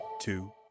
two